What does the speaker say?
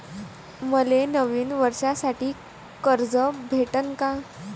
मले नवीन वर्षासाठी कर्ज भेटन का?